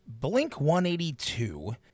Blink-182